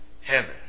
heaven